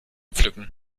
pflücken